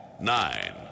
nine